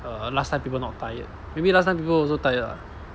err last time people not tired maybe last time people also tired ah